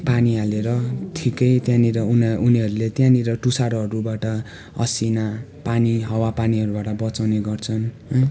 पानी हालेर ठिकै त्यहाँनिर उनी उनीहरूले त्यहाँनिर तुसारोहरूबाट असिनापानी हावापानीहरूबाट बचाउने गर्छन् है